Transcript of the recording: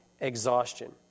exhaustion